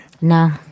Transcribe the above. No